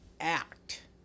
act